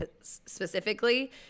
specifically